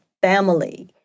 family